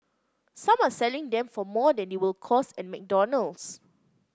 some are selling them for more than they will cost at McDonald's